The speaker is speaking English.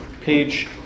page